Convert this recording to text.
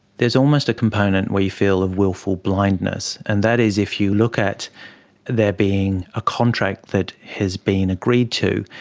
there is almost a component, we feel, of wilful blindness. and that is if you look at there being a contract that has been agreed to,